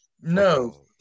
No